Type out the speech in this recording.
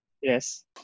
Yes